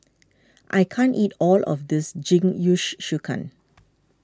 I can't eat all of this Jingisukan